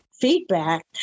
feedback